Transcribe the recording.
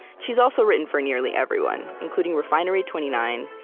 she's also written for nearly everyone, including refinery twenty nine,